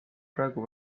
praegu